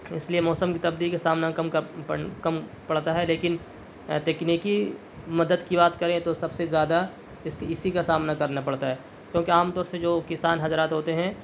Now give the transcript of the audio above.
اس لیے موسم کی تبدیلی کا سامنا کم کم پڑتا ہے لیکن تکنیکی مدد کی بات کریں تو سب سے زیادہ اس کی اسی کا سامنا کرنا پڑتا ہے کیونکہ عام طور سے جو کسان حضرات ہوتے ہیں